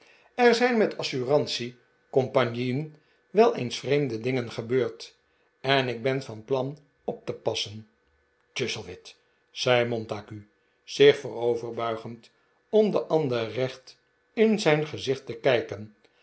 er zijn met assurantie compagnieen wel eens vreemde dingen gebeurd en ik ben van plan op te passen chuzzlewit zei montague zich vooroverbuigend om den ander recht in zijn gezicht te kijken